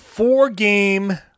four-game